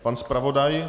Pan zpravodaj?